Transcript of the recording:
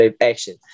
action